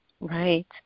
Right